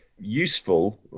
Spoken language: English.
useful